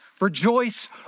Rejoice